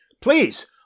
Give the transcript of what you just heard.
Please